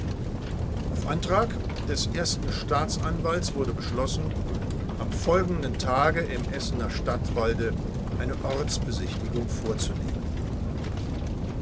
auf antrag des ersten staatsanwalts wurde beschlossen am folgenden tage im essener stadtwalde eine ortsbesichtigung vorzunehmen